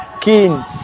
king